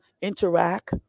interact